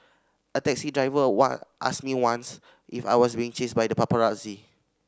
a taxi driver one asked me once if I was being chased by the paparazzi